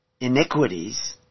iniquities